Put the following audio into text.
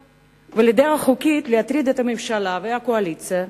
ולדרך חוקית להטריד את הממשלה ואת הקואליציה,